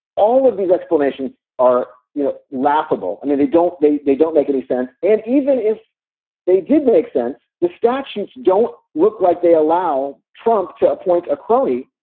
all of these explanations are you know laughable. i mean, they don't they they don't make any sense. and even if they did make sense, the statutes don't look like they allow trump to appoint a crony.